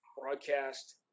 broadcast